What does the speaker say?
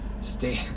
stay